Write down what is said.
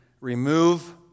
remove